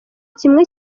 kimwe